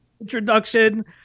introduction